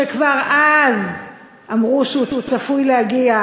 שכבר אז אמרו שהוא צפוי להגיע